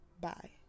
Bye